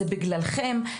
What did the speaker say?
זה בגללכם,